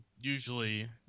usually